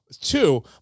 Two